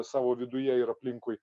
savo viduje ir aplinkui